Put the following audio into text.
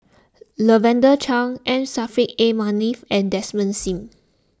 Lavender Chang M Saffri A Manaf and Desmond Sim